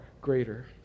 greater